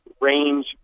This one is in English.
range